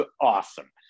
awesome